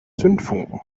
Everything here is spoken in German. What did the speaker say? zündfunken